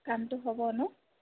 কামটো হ'ব নহ্